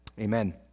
Amen